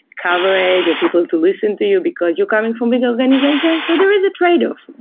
coverage or people to listen to you because you're coming from big organizations, so there is a tradeoff.